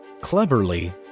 cleverly